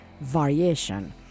variation